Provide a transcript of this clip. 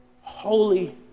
holy